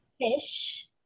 Fish